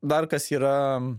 dar kas yra